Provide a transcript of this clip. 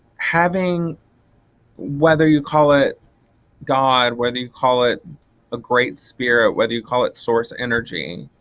having whether you call it god, whether you call it a great spirit, whether you call it source energy,